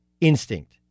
instinct